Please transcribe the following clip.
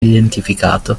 identificato